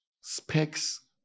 specs